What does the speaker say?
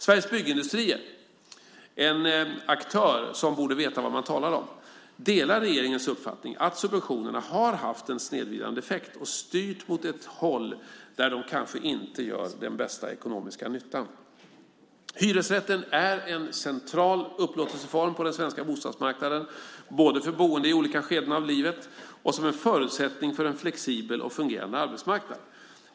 Sveriges Byggindustrier, en aktör som borde veta vad man talar om, delar regeringens uppfattning att subventionerna har haft en snedvridande effekt och styrt mot ett håll där de kanske inte gör den bästa ekonomiska nyttan. Hyresrätten är en central upplåtelseform på den svenska bostadsmarknaden, både för boende i olika skeden av livet och som en förutsättning för en flexibel och fungerande arbetsmarknad.